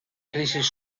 crisis